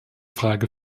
frage